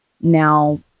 now